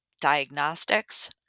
diagnostics